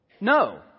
No